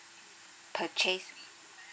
purchase